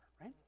right